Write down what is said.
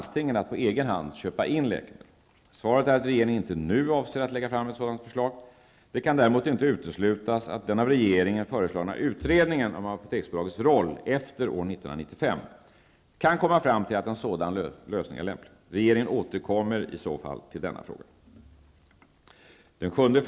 Svaret är att regeringen inte nu avser att lägga fram ett sådant förslag. Det kan däremot inte uteslutas att den av regeringen föreslagna utredningen om Apoteksbolagets roll efter år 1995 kan komma fram till att en sådan lösning är lämplig. Regeringen återkommer i så fall till denna fråga. 7.